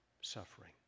suffering